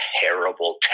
terrible